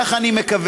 כך אני מקווה,